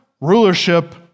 rulership